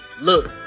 Look